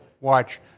watch